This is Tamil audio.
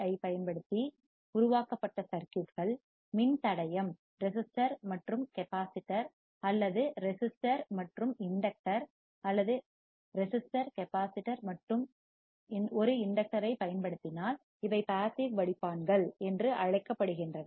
யைப் பயன்படுத்தி உருவாக்கப்பட்ட சர்க்யூட்கள் மின்தடையம் ரெசிஸ்டர் மற்றும் மின்தேக்கி கெப்பாசிட்டர் அல்லது மின்தடையம் ரெசிஸ்டர் மற்றும் மின்தூண்டி இண்டக்டர் அல்லது ரெசிஸ்டர் கெப்பாசிட்டர் மற்றும் ஒரு இண்டக்டர்யைப் பயன்படுத்தினால் இவை பாசிவ் பாசிவ் வடிப்பான்கள் ஃபில்டர்கள் என்று அழைக்கப்படுகின்றன